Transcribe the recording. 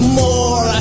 more